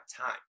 time